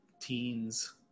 teens